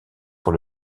pour